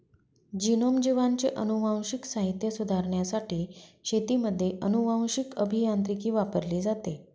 genome, जीवांचे अनुवांशिक साहित्य सुधारण्यासाठी शेतीमध्ये अनुवांशीक अभियांत्रिकी वापरली जाते